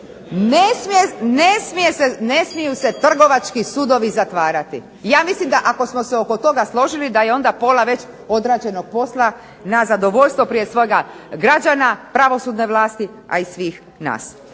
Ne smiju se trgovački sudovi zatvarati. Ja mislim da ako smo se oko toga složili da je onda pola već odrađeno posla na zadovoljstvo prije svega građana, pravosudne vlasti, a i svih nas.